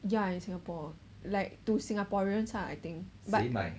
ya in singapore like to singaporeans ah I think but